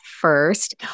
first